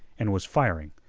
and was firing,